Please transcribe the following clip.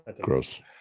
Gross